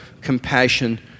compassion